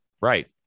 Right